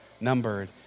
numbered